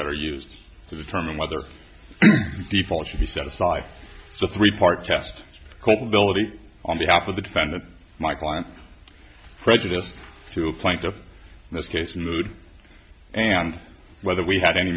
that are used to determine whether people should be set aside so three part test culpability on behalf of the defendant my client prejudiced to a plank of this case mood and whether we have any